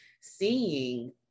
seeing